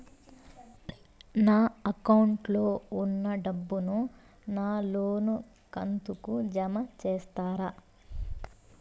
నా అకౌంట్ లో ఉన్న డబ్బును నా లోను కంతు కు జామ చేస్తారా?